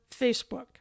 Facebook